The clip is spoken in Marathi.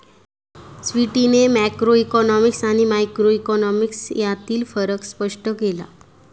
स्वीटीने मॅक्रोइकॉनॉमिक्स आणि मायक्रोइकॉनॉमिक्स यांतील फरक स्पष्ट केला